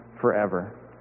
forever